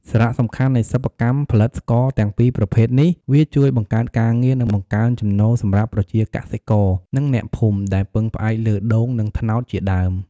សារៈសំខាន់នៃសិប្បកម្មផលិតស្ករទាំងពីរប្រភេទនេះ វាជួយបង្កើតការងារ និងបង្កើនចំណូលសម្រាប់ប្រជាកសិករ និងអ្នកភូមិ ដែលពឹងផ្អែកលើដូង និងត្នោតជាដើម។